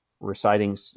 reciting